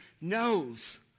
knows